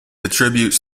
attributes